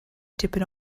tipyn